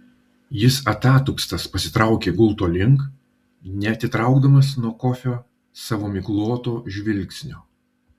jis atatupstas pasitraukė gulto link neatitraukdamas nuo kofio savo migloto žvilgsnio